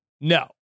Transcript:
No